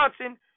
Johnson